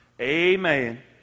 amen